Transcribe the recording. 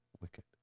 wicked